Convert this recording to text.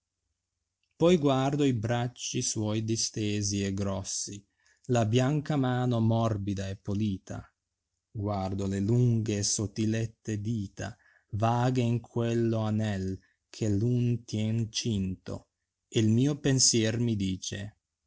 poi guardo i bracci suoi distesi e grossi la bianca mano morbida e polita guardo le lunghe e sottilette dita vaghe di quello anel che un tien cinto e il mio pensier mi dice